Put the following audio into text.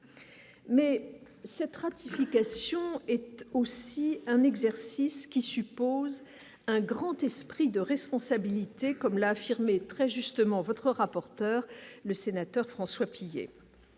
Mais cette ratification était aussi un exercice qui suppose un grand esprit de responsabilité, comme l'affirmait très justement votre rapporteur, le sénateur François Pillet,